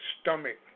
stomach